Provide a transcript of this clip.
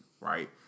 Right